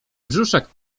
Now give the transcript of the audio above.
brzuszek